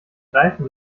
reifen